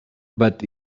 but